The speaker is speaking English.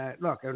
look